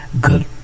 good